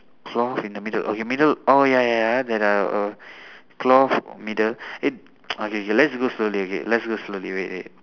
cloth in the middle okay middle oh ya ya there are a cloth middle eh okay K let's go slowly okay let's go slowly wait wait